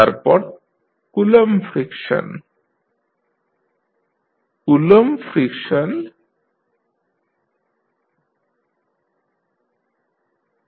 তারপর Coulomb friction Coulomb friction TtFcdθdtdθdt